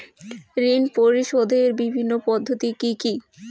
ঋণ পরিশোধের বিভিন্ন পদ্ধতি কি কি?